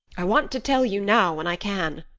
i want to tell you now when i can.